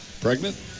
Pregnant